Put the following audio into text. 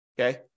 okay